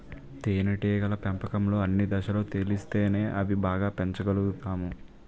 తేనేటీగల పెంపకంలో అన్ని దశలు తెలిస్తేనే అవి బాగా పెంచగలుతాము